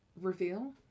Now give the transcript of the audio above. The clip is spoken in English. reveal